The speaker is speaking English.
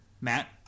Matt